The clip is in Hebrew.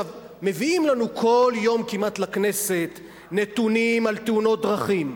כמעט כל יום מביאים לנו לכנסת נתונים על תאונות דרכים.